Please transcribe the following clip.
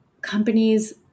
companies